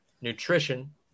nutrition